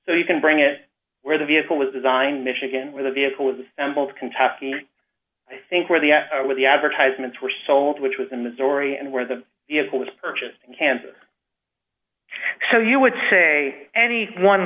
so you can bring it where the vehicle was designed michigan where the vehicle was both kentucky i think where the with the advertisements were sold which was in the story and where the vehicle was purchased in kansas so you would say any one